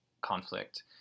conflict